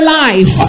life